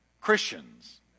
Christians